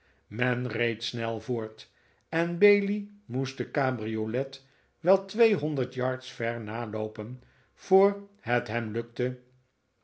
men reed snel voort en bailey moest de cabriolet wel tweehonderd yards ver naloopen voor het hem lukte